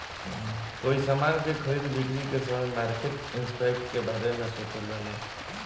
कोई समान के खरीद बिक्री के समय मार्केट इंपैक्ट के बारे सोचल जाला